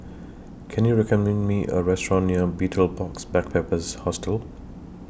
Can YOU recommend Me A Restaurant near Betel Box Backpackers Hostel